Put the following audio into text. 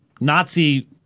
Nazi